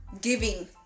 giving